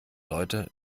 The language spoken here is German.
leute